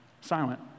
Silent